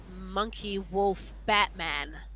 monkey-wolf-Batman